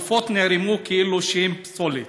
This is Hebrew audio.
הגופות נערמו כאילו שהן פסולת,